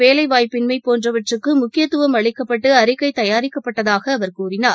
வேலைவாய்ப்பின்மைபோன்றவற்றுக்குமுக்கியத்துவம் அளிக்கப்பட்டுஅறிக்கைதயாரிக்கப்பட்டதாகஅவர் கூறினார்